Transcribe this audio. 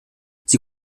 sie